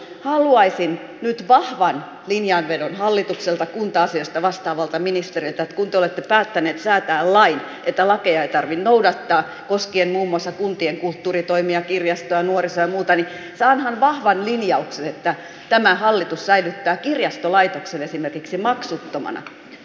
haluaisin nyt vahvan linjanvedon hallitukselta kunta asioista vastaavalta ministeriltä että kun te olette päättäneet säätää lain että lakeja ei tarvitse noudattaa koskien muun muassa kuntien kulttuuritoimia kirjastoa nuorisoa ja muuta niin saanhan vahvan linjauksen että tämä hallitus säilyttää kirjastolaitoksen esimerkiksi maksuttomana